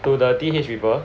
to the T_H people